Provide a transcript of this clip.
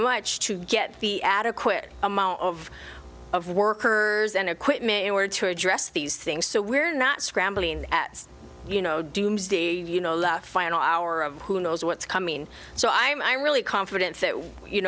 much to get the adequate amount of of workers and equipment in order to address these things so we're not scrambling you know dooms day you know left final hour of who knows what's coming so i am i really confident that you